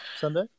Sunday